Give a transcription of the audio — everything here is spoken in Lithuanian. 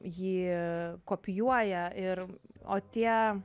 jį kopijuoja ir o tie